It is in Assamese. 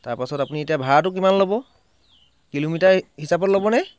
তাৰ পিছত আপুনি এতিয়া ভাড়াটো কিমান ল'ব কিলোমিটাৰ হিচাপত ল'বনে